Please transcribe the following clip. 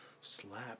slap